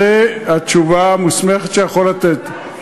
זו התשובה המוסמכת שאני יכול לתת.